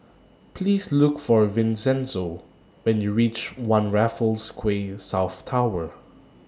Please Look For Vincenzo when YOU REACH one Raffles Quay South Tower